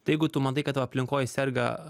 tai jeigu tu matai kad tavo aplinkoj serga